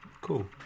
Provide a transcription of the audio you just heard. cool